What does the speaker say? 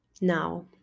now